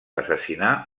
assassinar